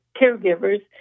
caregivers